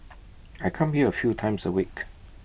I come here A few times A week